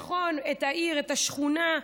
נכון, את העיר, את השכונה.